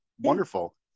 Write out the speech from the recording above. Wonderful